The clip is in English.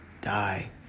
die